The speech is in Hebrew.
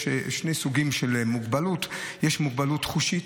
יש שני סוגים של מוגבלות: יש מוגבלות חושית,